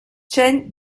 chen